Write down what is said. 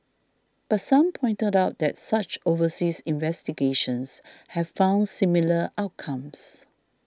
but some pointed out that such overseas investigations have found similar outcomes